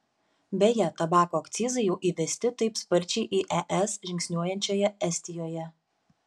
beje tabako akcizai jau įvesti taip sparčiai į es žingsniuojančioje estijoje